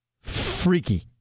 freaky